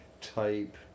type